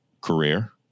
career